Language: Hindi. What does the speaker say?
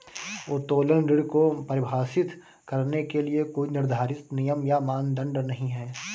उत्तोलन ऋण को परिभाषित करने के लिए कोई निर्धारित नियम या मानदंड नहीं है